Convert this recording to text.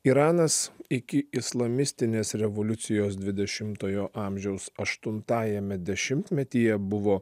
iranas iki islamistinės revoliucijos dvidešimtojo amžiaus aštuntajame dešimtmetyje buvo